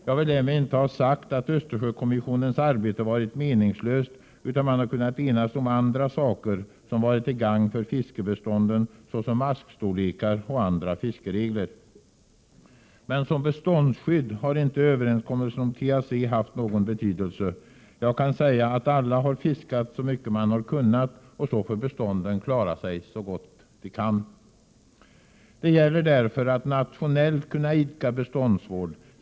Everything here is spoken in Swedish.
Jag vill därmed inte ha sagt att Östersjökommissionens arbete varit meningslöst, utan man har kunnat enas om andra saker som varit till gagn för fiskbestånden såsom maskstorlekar och andra fiskeregler. Men som beståndsskydd har inte överenskommelsen om TAC haft någon betydelse. Jag kan säga att alla har fiskat så mycket de har kunnat och så får bestånden klara sig så gott det går. Det gäller därför att nationellt kunna idka beståndsvård.